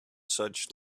such